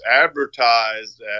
advertised